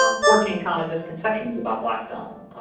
um fourteen common misconceptions about black film.